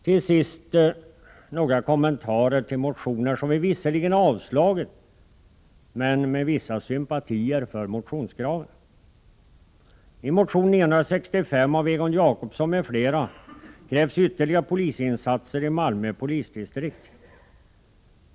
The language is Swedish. Till sist några kommentarer till motioner som vi visserligen avstyrkt, men där vi uttalat vissa sympatier för motionskraven. I motion 965 av Egon Jacobsson m.fl. krävs ytterligare polisinsatser i Malmö polisdistrikt.